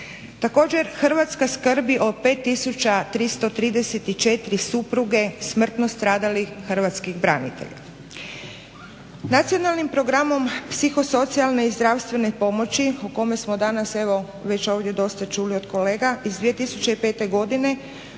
Također, hrvatska skrbi o 5334 supruge smrtno stradalih hrvatskih branitelja. Nacionalnim programom psihosocijalne i zdravstvene pomoći, o kome smo danas evo već ovdje dosta čuli od kolega, iz 2005. godine.